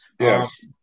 Yes